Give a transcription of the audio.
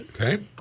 Okay